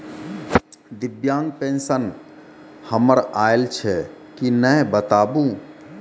दिव्यांग पेंशन हमर आयल छै कि नैय बताबू?